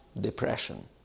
depression